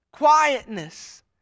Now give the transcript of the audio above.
Quietness